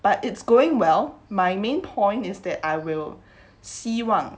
but it's going well my main point is that I will 希望